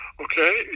okay